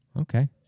Okay